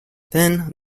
then